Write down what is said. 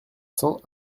cents